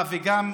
ויש עתיד.